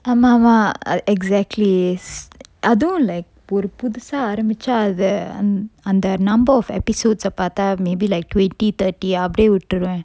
ஆமா ஆமா:aama aama err exactly அதுவும்:athuvum like ஒரு புதுசா ஆரம்பிச்சா அத அந்த:oru puthusa aarambicha atha antha number of episodes ah பாத்தா:patha maybe like twenty thirty அப்படியே உட்டுருவன்:appadiye utturuvan